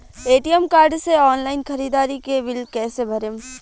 ATM card से online ख़रीदारी के बिल कईसे भरेम?